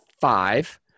five